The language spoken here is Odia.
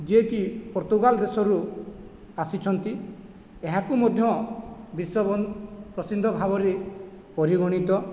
ଯିଏକି ପର୍ତୁଗାଲ ଦେଶରୁ ଆସିଛନ୍ତି ଏହାକୁ ମଧ୍ୟ ବିଶ୍ଵ ବନ ପ୍ରସିନ୍ଧ ଭାବରେ ପରିଗଣିତ